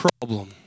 problem